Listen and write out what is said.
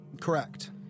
correct